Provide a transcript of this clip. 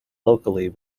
locally